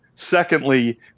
Secondly